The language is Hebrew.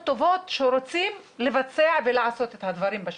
טובות שרוצים לבצע ולעשות את הדברים בשטח.